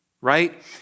right